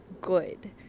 good